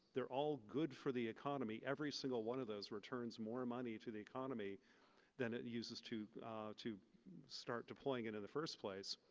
they're all good for the economy every single one of those returns more money to the economy than it uses to to start deploying it in the first place.